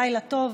לילה טוב,